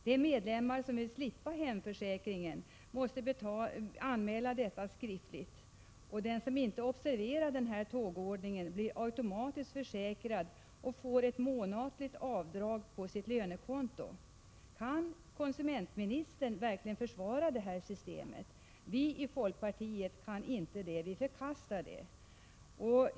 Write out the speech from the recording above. De medlemmar som vill slippa hemförsäkringen måste anmäla detta skriftligt. Den som inte observerar denna tågordning blir automatiskt försäkrad och får därmed ett månatligt avdrag gjort på sitt lönekonto. Kan konsumentministern verkligen försvara detta system? Vi i folkpartiet kan inte det, vi förkastar det.